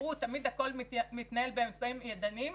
אמרו שהכול תמיד מתנהל באמצעים ידניים,